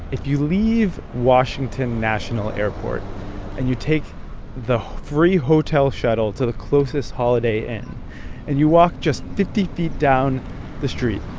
if you leave washington national airport and you take the free hotel shuttle to the closest holiday inn and you walk just fifty feet down the street,